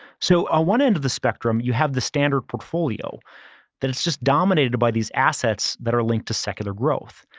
so, on ah one end of the spectrum, you have the standard portfolio that is just dominated by these assets that are linked to secular growth.